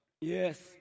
Yes